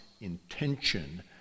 intention